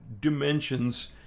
dimensions